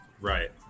right